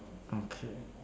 okay